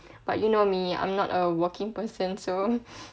but you know me I'm not a walking person so